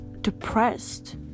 depressed